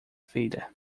feira